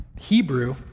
hebrew